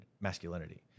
masculinity